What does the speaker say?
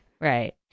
Right